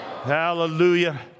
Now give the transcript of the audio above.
Hallelujah